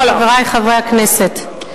חברי חברי הכנסת,